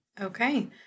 Okay